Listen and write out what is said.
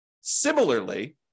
Similarly